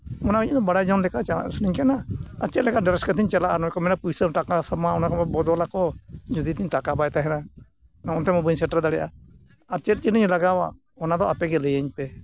ᱚᱱᱟ ᱤᱧᱫᱚ ᱵᱟᱲᱟᱭ ᱡᱚᱝ ᱞᱮᱠᱟ ᱪᱟᱞᱟᱜ ᱠᱟᱱᱟᱧ ᱠᱟᱱᱟ ᱟᱨ ᱪᱮᱫ ᱞᱮᱠᱟ ᱰᱨᱮᱥ ᱠᱟᱛᱤᱧ ᱪᱟᱞᱟᱜᱼᱟ ᱚᱱᱟ ᱠᱚ ᱢᱮᱱᱟ ᱯᱩᱭᱥᱟᱹ ᱴᱟᱠᱟ ᱥᱟᱢᱟᱝ ᱚᱱᱟ ᱠᱚ ᱵᱚᱫᱚᱞ ᱟᱠᱚ ᱡᱩᱫᱤ ᱛᱤᱧ ᱴᱟᱠᱟ ᱵᱟᱭ ᱛᱟᱦᱮᱱᱟ ᱱᱚᱜᱼᱚ ᱱᱚᱛᱮᱢᱟ ᱵᱟᱹᱧ ᱥᱮᱴᱮᱨ ᱫᱟᱲᱮᱭᱟᱜᱼᱟ ᱟᱨ ᱪᱮᱫ ᱪᱮᱫ ᱞᱤᱧ ᱞᱟᱜᱟᱣᱟ ᱚᱱᱟ ᱫᱚ ᱟᱯᱮ ᱜᱮ ᱞᱟᱹᱭᱟᱹᱧ ᱯᱮ